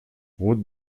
route